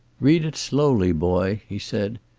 read it slowly, boy, he said.